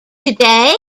today